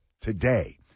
today